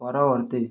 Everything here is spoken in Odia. ପରବର୍ତ୍ତୀ